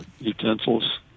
utensils